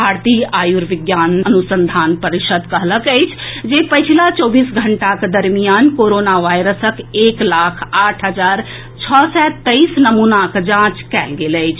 भारतीय आयुर्विज्ञान अनुसंधान परिषद कहलक अछि जे पछिला चौबीस घंटाक दरमियान कोरोना वायरसक एक लाख आठ हजार छओ सय तेईस नमूनाक जांच कएल गेल अछि